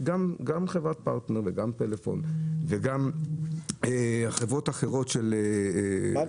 גם חברת פרטנר וגם פלאפון וחברות אחרות --- מקלב,